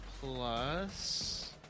plus